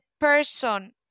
person